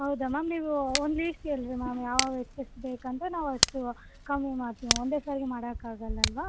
ಹೌದಾ ಮ್ಯಾಮ್ ನೀವು ಒಂದು ಲೀಸ್ಟ್ ಹೇಳಿ ರೀ ಮ್ಯಾಮ್ ಯಾವು ಎಷ್ಟೆಷ್ಟು ಬೇಕೂಂತ ನಾವು ಅಷ್ಟು ಕಮ್ಮಿ ಮಾಡ್ತೀವಿ ಒಂದೇ ಸರಿ ಮಾಡಕಾಗಲ್ಲ ಅಲ್ವಾ